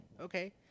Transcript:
okay